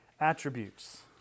attributes